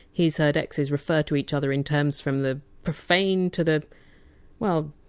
he! s heard exes refer to each other in terms from the profane to the well,